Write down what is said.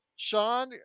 Sean